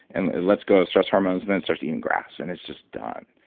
and and let's go of stress hormones and then start eating grass. and it's just done.